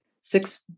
six